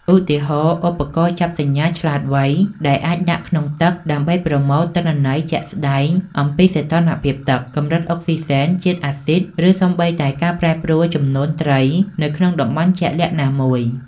ឧទាហរណ៍ ឧបករណ៍ចាប់សញ្ញាឆ្លាតវៃ ដែលអាចដាក់ក្នុងទឹកដើម្បីប្រមូលទិន្នន័យជាក់ស្តែងអំពីសីតុណ្ហភាពទឹក កម្រិតអុកស៊ីសែន ជាតិអាស៊ីត ឬសូម្បីតែការប្រែប្រួលចំនួនត្រីនៅក្នុងតំបន់ជាក់លាក់ណាមួយ។